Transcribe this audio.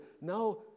Now